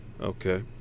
okay